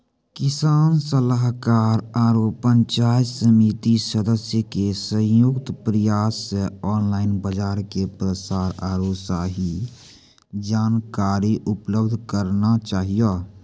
किसान सलाहाकार आरु पंचायत समिति सदस्य के संयुक्त प्रयास से ऑनलाइन बाजार के प्रसार आरु सही जानकारी उपलब्ध करना चाहियो?